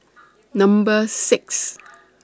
Number six